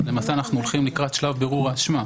אנחנו הולכים לקראת שלב בירור האשמה.